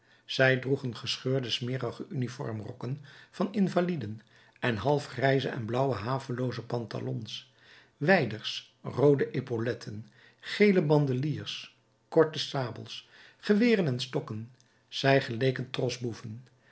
zij droegen gescheurde smerige uniformrokken van invaliden en half grijze en blauwe havelooze pantalons wijders roode epauletten gele bandeliers korte sabels geweren en stokken zij geleken